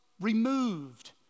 removed